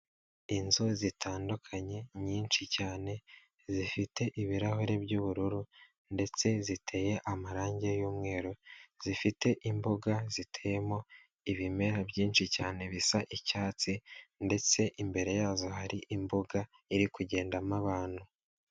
Inzu zitandukanye nyinshi cyane zifite ibirahure by'ubururu ndetse ziteyemo amarangi y'umweru, zifite imbuga ziteyemo ibimera byinshi cyane bisa icyatsi ndetse imbere yazo hari imbuga iri kugendamo abantu.